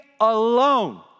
alone